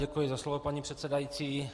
Děkuji za slovo, paní předsedající.